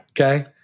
Okay